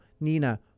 Nina